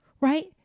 right